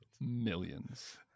millions